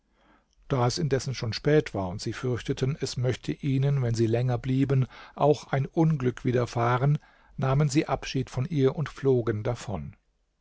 da es indessen schon spät war und sie fürchteten es möchte ihnen wenn sie länger blieben auch ein unglück widerfahren nahmen sie abschied von ihr und flogen davon